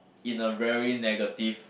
in a very negative